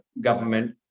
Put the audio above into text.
government